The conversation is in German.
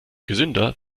gesünder